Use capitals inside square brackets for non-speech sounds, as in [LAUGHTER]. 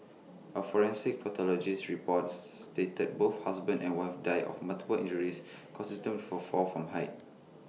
A forensic pathologist's report [NOISE] stated both husband and wife died of multiple injuries consistent for A fall from height